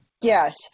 Yes